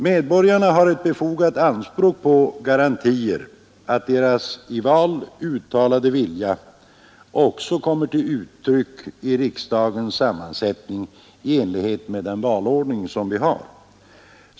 Medborgarna har ett befogat anspråk på garantier att deras i val uttalade vilja också kommer till uttryck i riksdagens sammansättning i enlighet med den valordning vi har.